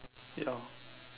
ya